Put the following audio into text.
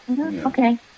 Okay